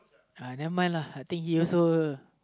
uh never mind lah I think he also